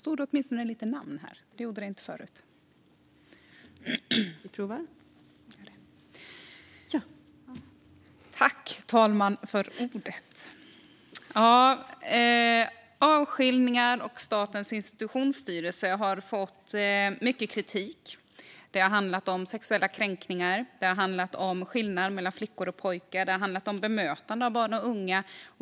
Fru talman! Statens institutionsstyrelse har fått mycket kritik. Det har handlat om sexuella kränkningar. Det har handlat om skillnad mellan flickor och pojkar. Det har handlat om bemötande av barn och unga.